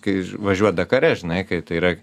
kai važiuot dakare žinai kai tai yra